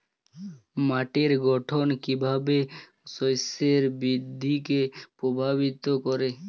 মাটির গঠন কীভাবে শস্যের বৃদ্ধিকে প্রভাবিত করে?